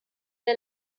der